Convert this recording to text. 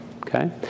Okay